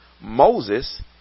Moses